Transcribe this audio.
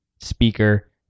speaker